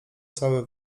całe